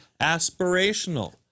aspirational